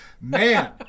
man